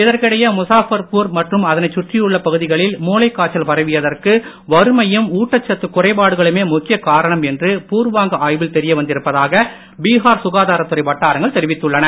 இதற்கிடையே முசாபர்பூர் மற்றும் அதனைச் சுற்றியுள்ள பகுதிகளில் மூளைக் காய்ச்சல் பரவியதற்கு வறுமையும் ஊட்டச்சத்து குறைபாடுகளுமே முக்கிய காரணம் என்று பூர்வாங்க ஆய்வில் தெரியவந்திருப்பதாக பீஹார் தெரிவித்துள்ளன